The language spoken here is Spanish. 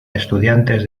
estudiantes